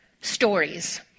stories